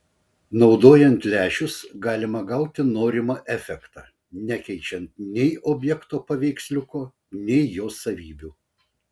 naudojant lęšius galima gauti norimą efektą nekeičiant nei objekto paveiksliuko nei jo savybių